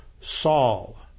Saul